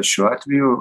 šiuo atveju